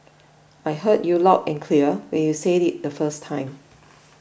I heard you loud and clear when you said it the first time